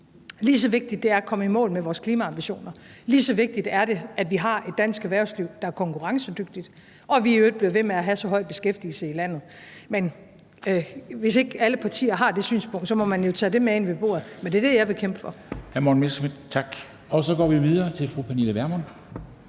Lige så vigtigt det er at komme i mål med vores klimaambitioner, lige så vigtigt er det, at vi har et dansk erhvervsliv, der er konkurrencedygtigt, og at vi i øvrigt bliver ved med at have så høj en beskæftigelse i landet. Hvis ikke alle partier har det synspunkt, må man jo tage det med ind ved bordet, men det er det, jeg vil kæmpe for.